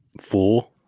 four